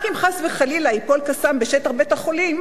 רק אם חס וחלילה ייפול "קסאם" בשטח בית-החולים,